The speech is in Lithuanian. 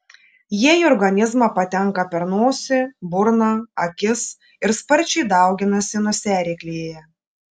jie į organizmą patenka per nosį burną akis ir sparčiai dauginasi nosiaryklėje